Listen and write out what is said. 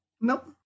nope